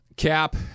Cap